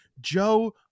Joe